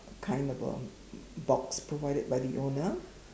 kind of a box provided by the owner